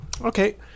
Okay